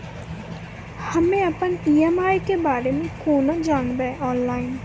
हम्मे अपन ई.एम.आई के बारे मे कूना जानबै, ऑनलाइन?